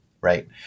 Right